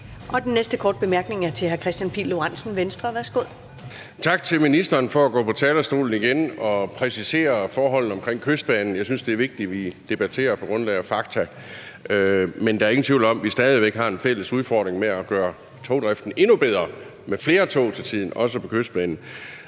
Den næste korte bemærkning er til hr. Kristian Pihl Lorentzen, Venstre. Værsgo. Kl. 14:14 Kristian Pihl Lorentzen (V): Tak til ministeren for at gå på talerstolen igen og præcisere forholdene omkring Kystbanen. Jeg synes, det er vigtigt, at vi debatterer på grundlag af fakta. Der er ingen tvivl om, at vi stadig væk har en fælles udfordring med at gøre togdriften endnu bedre med flere tog til tiden, også på Kystbanen.